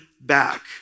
back